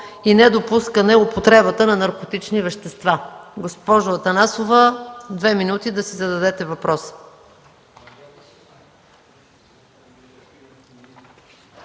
и недопускане употребата на наркотични вещества. Госпожо Атанасова, две минути да си зададете въпроса.